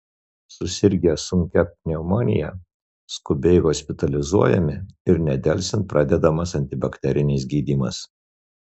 susirgę sunkia pneumonija skubiai hospitalizuojami ir nedelsiant pradedamas antibakterinis gydymas